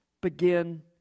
begin